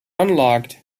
unlocked